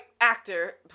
actor